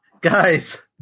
guys